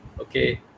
okay